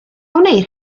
wneir